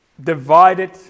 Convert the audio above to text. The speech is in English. divided